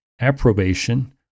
approbation